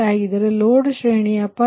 ಆಗಿದ್ದರೆ ಲೋಡ್ ಶ್ರೇಣಿ 73 ಮತ್ತು 295